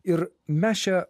ir mes čia